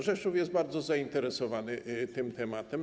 Rzeszów jest bardzo zainteresowany tym tematem.